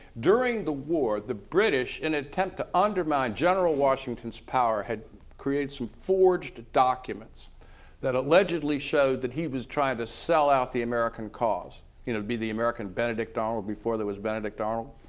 during the war the british in an attempt to undermine general washington's power had created some forged documents that allegedly showed that he was trying to sell out the american cause. you know, it would be the american benedict arnold before there was benedict arnold.